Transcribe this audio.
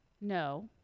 no